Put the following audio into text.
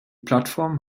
plattform